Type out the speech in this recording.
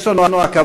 יש לנו הכבוד,